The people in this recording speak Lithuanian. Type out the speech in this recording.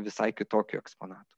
visai kitokių eksponatų